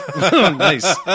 Nice